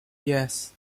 yes